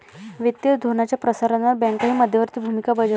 वित्तीय धोरणाच्या प्रसारणात बँकाही मध्यवर्ती भूमिका बजावतात